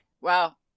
Wow